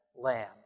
lamb